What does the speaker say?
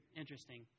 interesting